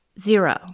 zero